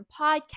podcast